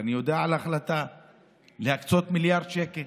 ואני יודע על ההחלטה להקצות מיליארד שקלים